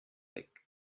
weg